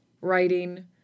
writing